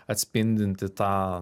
atspindinti tą